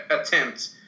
attempt